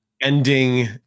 ending